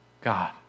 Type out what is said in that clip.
God